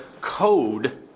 code